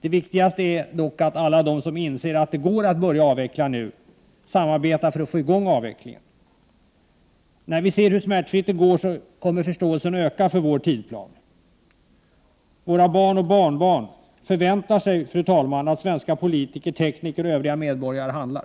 Det viktigaste är dock att alla som inser att det går att börja avveckla nu samarbetar för att få i gång avvecklingen. När man ser hur smärtfritt det går kommer förståelsen att öka för vår tidsplan. Våra barn och barnbarn förväntar sig att svenska politiker, tekniker och övriga medborgare handlar.